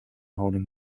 holding